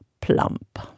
plump